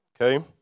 okay